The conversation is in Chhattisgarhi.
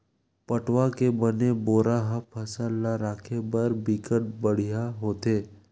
पटवा के बने बोरा ह फसल ल राखे बर बिकट बड़िहा होथे